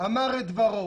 אמר את דברו.